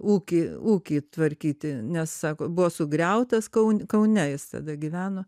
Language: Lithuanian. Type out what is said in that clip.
ūkį ūkį tvarkyti nes sako buvo sugriautas kaun kaune jis tada gyveno